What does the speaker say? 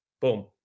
Boom